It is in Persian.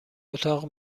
اتاق